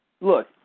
Look